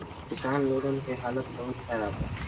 किसान लोगन के हालात बहुत खराब बा